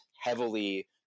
heavily